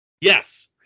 Yes